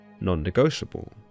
non-negotiable